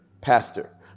pastor